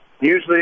usually